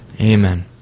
Amen